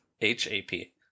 H-A-P